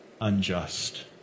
unjust